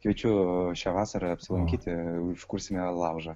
kviečiu šią vasarą apsilankyti užkursime laužą